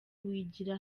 wigira